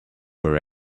were